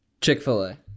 Chick-fil-A